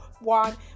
one